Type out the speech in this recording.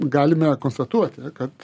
galime konstatuoti kad